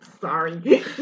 Sorry